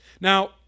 Now